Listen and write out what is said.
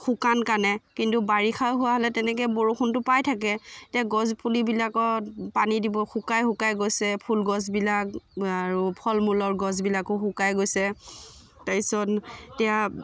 শুকান কাৰণে কিন্তু বাৰিষা হোৱা হ'লে তেনেকৈ বৰষুণটো পাই থাকে এতিয়া গছপুলিবিলাকত পানী দিব শুকাই শুকাই গৈছে ফুলগছবিলাক আৰু ফল মূলৰ গছবিলাকো শুকাই গৈছে তাৰ পিছত এতিয়া